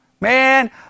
Man